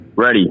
Ready